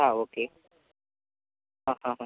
ആ ഓക്കെ ആ അ അ